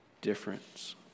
difference